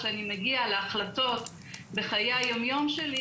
שאני מגיע להחלטות בחיי היום-יום שלי,